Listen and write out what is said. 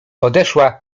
odeszła